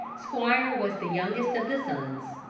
squire was the youngest of the sons,